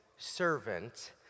servant